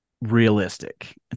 realistic